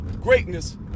greatness